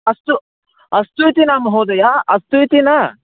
अस्तु अस्तु इति न महोदय अस्तु इति न